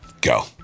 Go